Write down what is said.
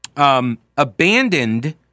abandoned